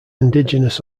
indigenous